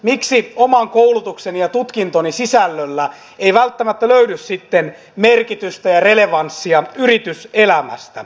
miksi oman koulutukseni ja tutkintoni sisällölle ei välttämättä löydy sitten merkitystä ja relevanssia yrityselämästä